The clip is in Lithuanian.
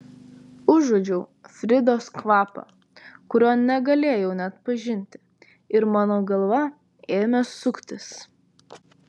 užuodžiau fridos kvapą kurio negalėjau neatpažinti ir mano galva ėmė suktis